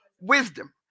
wisdom